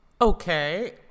Okay